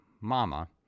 Mama